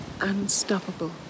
unstoppable